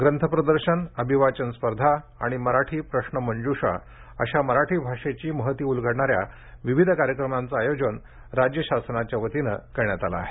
ग्रंथप्रदर्शन अभिवाचन स्पर्धा आणि मराठी प्रश्न मंजूषा अशा मराठी भाषेची महती उलगडणाऱ्या वेगवेगळ्या कार्यक्रमांचं आयोजन राज्य शासनाच्या वतीनं करण्यात आलं आहे